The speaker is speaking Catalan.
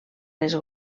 les